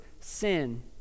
Sin